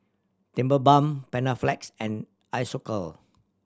Tigerbalm Panaflex and Isocal